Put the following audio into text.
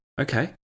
Okay